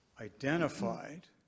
identified